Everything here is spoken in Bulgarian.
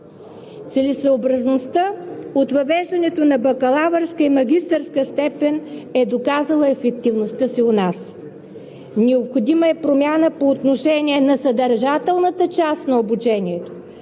Целесъобразността от въвеждането на бакалавърска и магистърска степен е доказала ефективността си у нас. Необходима е промяна по отношение на съдържателната част на обучението,